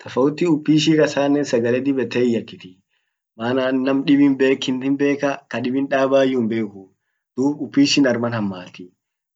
Tafauti upishi kasanen sagale dib yette hin yakitii mana nam dibin bek inin hinbekaa kadibin dabayu hinbekuu dub upishin arman hammati